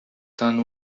tan